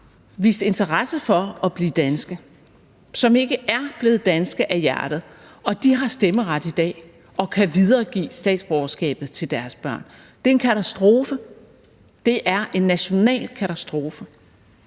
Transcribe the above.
vist interesse for at blive danske, som ikke er blevet danske af hjertet, og de har stemmeret i dag og kan videregive statsborgerskabet til deres børn. Det er en katastrofe. Det er en national katastrofe,